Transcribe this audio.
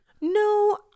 No